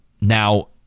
now